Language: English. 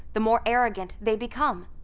the more arrogant they become.